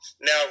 Now